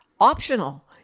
optional